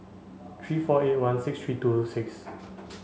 three four eight one six three two six